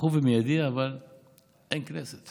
דחוף ומיידי, אבל אין כנסת